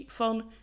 van